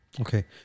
Okay